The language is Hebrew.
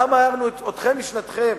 למה הערנו אתכם משנתכם,